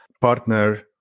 partner